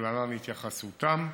ולהלן התייחסותם: